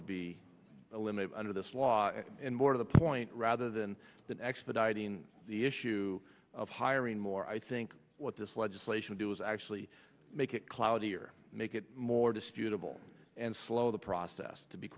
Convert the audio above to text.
would be limited under this law and more to the point rather than than expediting the issue of hiring more i think what this legislation do is actually make it cloudy or make it more disputable and slow the process to be